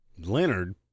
Leonard